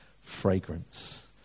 fragrance